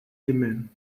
dimmen